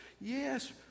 Yes